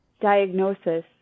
diagnosis